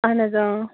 اَہَن حظ آ